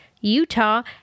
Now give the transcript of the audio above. Utah